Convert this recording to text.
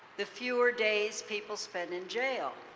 the fewer days people spend in jail.